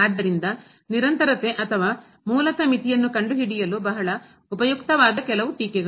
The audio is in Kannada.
ಆದ್ದರಿಂದ ನಿರಂತರತೆ ಅಥವಾ ಮೂಲತಃ ಮಿತಿಯನ್ನು ಕಂಡುಹಿಡಿಯಲು ಬಹಳ ಉಪಯುಕ್ತವಾದ ಕೆಲವು ಟೀಕೆಗಳು